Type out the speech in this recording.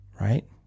right